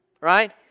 right